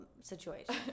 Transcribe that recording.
situation